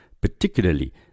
particularly